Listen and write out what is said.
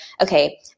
okay